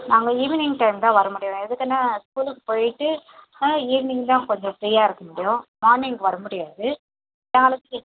நாங்கள் evening time தான் வர முடியும் எதுக்குனா ஸ்கூலுக்கு போய்ட்டு ஆ ஈவினிங் தான் கொஞ்சம் ஃப்ரீயாக இருக்க முடியும் மார்னிங் வர முடியாது நாளைக்கு